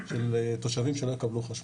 של תושבים שלא יקבלו חשמל.